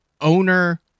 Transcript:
owner